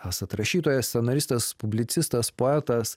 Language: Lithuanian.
esat rašytojas scenaristas publicistas poetas